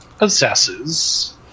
possesses